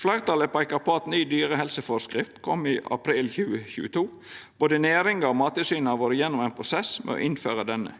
Fleirtalet peikar på at ny dyrehelseforskrift kom i april 2022. Både næringa og Mattilsynet har vore gjennom ein prosess med å innføra denne.